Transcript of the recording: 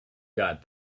got